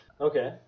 Okay